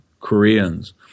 Koreans